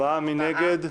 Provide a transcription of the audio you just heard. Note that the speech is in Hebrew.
4 נגד,